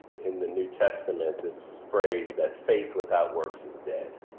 in the new testament this phrase that faith without works is dead.